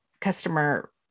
customer